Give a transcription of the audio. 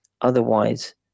Otherwise